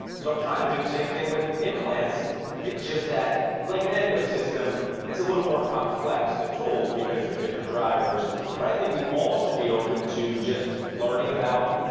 so i'm trying to do the same thing with implants it's just that like an endo system it's a more complex the tools because there's different drivers but i think we all should be open to just learning about